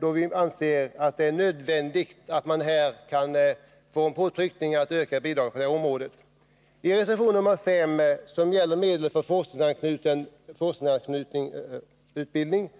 då vi anser att det är nödvändigt med påtryckning för att man här skall öka bidraget. Reservation nr 5 gäller medel för forskningsanknytning.